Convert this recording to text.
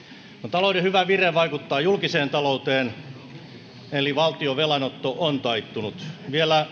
talouden hyvä vire vaikuttaa julkiseen talouteen eli valtion velanotto on taittunut vielä